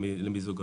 למיזוג אוויר,